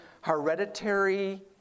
hereditary